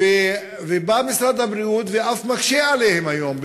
ובא משרד הבריאות ואף מקשה עליהן היום,